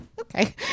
okay